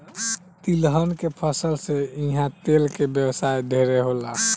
तिलहन के फसल से इहा तेल के व्यवसाय ढेरे होला